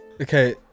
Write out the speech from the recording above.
Okay